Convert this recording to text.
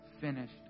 finished